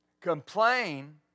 complain